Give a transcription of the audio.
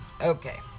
Okay